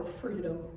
freedom